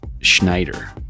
Schneider